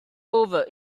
over